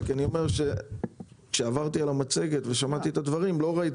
אני אומר שכשעברתי על המצגת ושמעתי את הדברים לא ראיתי